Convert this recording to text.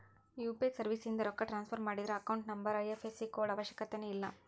UPI ಸರ್ವಿಸ್ಯಿಂದ ರೊಕ್ಕ transfer ಮಾಡಿದ್ರ ಅಕೌಂಟ್ ನಂಬರ್ ಐ.ಎಫ್.ಎಸ್.ಸಿ ಕೋಡ್ ಅವಶ್ಯಕತೆನ ಇಲ್ಲ